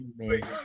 Amazing